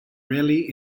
rarely